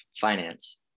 finance